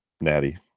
Natty